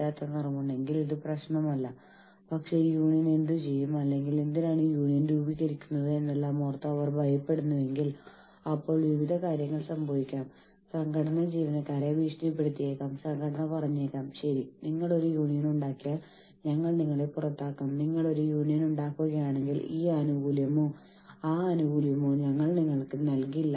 വ്യക്തമായും ഒരു ജോലി അഥവാ ഒരു സ്ഥാപനം അതിന്റെ ജീവനക്കാരെ പരിപാലിക്കുന്നുവെങ്കിൽ ചില അടിസ്ഥാന ആവശ്യങ്ങൾക്കായി ജീവനക്കാർ ഒരുമിച്ചുകൂടുകയും കൂട്ടായി പോയി മാനേജ്മെന്റിനോട് അഭ്യർത്ഥികേണ്ട ആവശ്യമില്ല